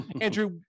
Andrew